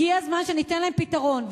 הגיע הזמן שניתן להם פתרון.